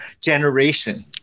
generation